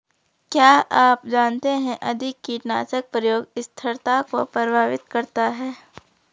क्या आप जानते है अधिक कीटनाशक प्रयोग स्थिरता को प्रभावित करता है?